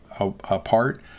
apart